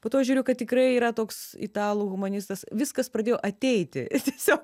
po to žiūriu kad tikrai yra toks italų humanistas viskas pradėjo ateiti tiesiog